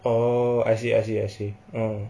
oh I see I see I see